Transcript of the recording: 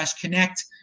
connect